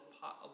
pot